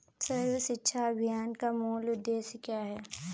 सर्व शिक्षा अभियान का मूल उद्देश्य क्या है?